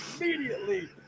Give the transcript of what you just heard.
immediately